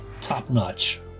top-notch